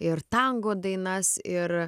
ir tango dainas ir